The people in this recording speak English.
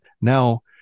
now